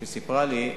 שסיפרה לי,